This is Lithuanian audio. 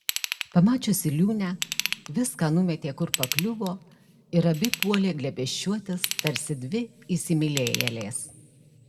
pamačiusi liūnę viską numetė kur pakliuvo ir abi puolė glėbesčiuotis tarsi dvi įsimylėjėlės